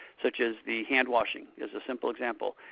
such as the hand washing as a simple example,